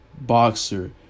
boxer